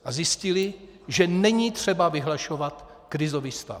A zjistili, že není třeba vyhlašovat krizový stav.